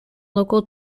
local